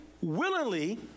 willingly